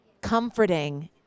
comforting